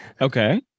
Okay